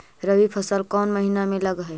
रबी फसल कोन महिना में लग है?